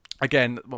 Again